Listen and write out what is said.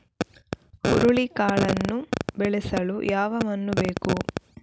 ಹುರುಳಿಕಾಳನ್ನು ಬೆಳೆಸಲು ಯಾವ ಮಣ್ಣು ಬೇಕು?